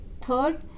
third